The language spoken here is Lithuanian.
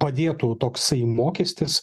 padėtų toksai mokestis